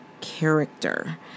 character